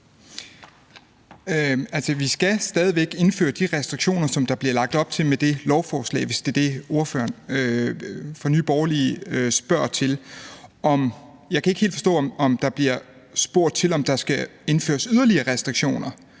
Vi skal stadig væk indføre de restriktioner, som der bliver lagt op til med lovforslaget, hvis det er det, ordføreren for Nye Borgerlige spørger om. Jeg kan ikke helt forstå, om der bliver spurgt til, om der skal indføres yderligere restriktioner.